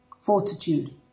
fortitude